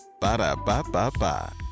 Ba-da-ba-ba-ba